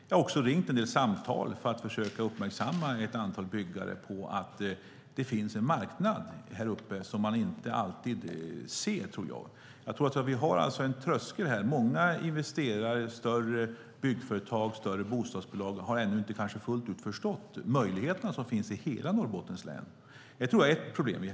Jag har ringt en del samtal för att försöka göra ett antal byggare uppmärksamma på att det finns en marknad här uppe som man inte alltid ser. Jag tror att det är en tröskel. Många investerare, större byggföretag och större bostadsbolag har nog inte fullt ut förstått vilka möjligheter som finns i hela Norrbottens län. Det tror jag är ett problem.